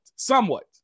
Somewhat